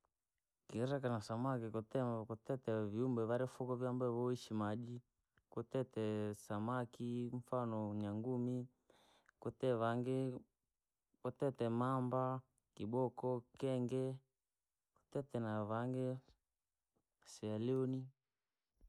Kileka na samaki kutema kwatite viumbe viri foko vii ambaye vaishii maji, kwatite samaki mfano nyangumi, kwatite vangii kwatite mambaa, kiboko, kenge, kwatite na vangee.